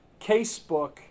casebook